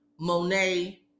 Monet